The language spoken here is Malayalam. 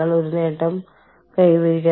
എന്താണ് ടൈം ഓഫ്